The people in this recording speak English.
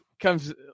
comes